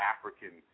African